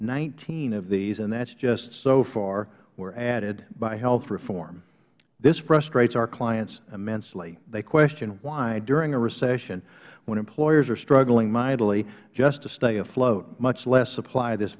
nineteen of these and that is just so far were added by health reform this frustrates our clients immensely they question why during a recession when employers are struggling mightily just to stay afloat much less supply this